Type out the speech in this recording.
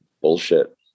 bullshit